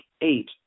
eight